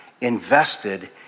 invested